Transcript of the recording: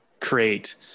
create